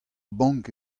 bank